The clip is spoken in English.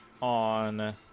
on